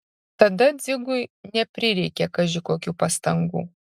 tada dzigui neprireikė kaži kokių pastangų